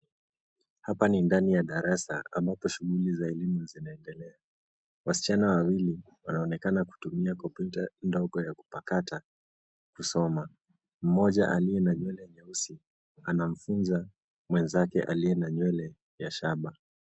Hapa ni ndani ya darasa ambapo shughuli za elimu zinaendelea, wasichana wawili wanaonekana kutumia kompyuta ndogo ya kupakata kusoma, mmoja aliye na nywele nyeusi anamfunza mwenzake aliye na nywele ya shaba.